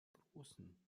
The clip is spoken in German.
großen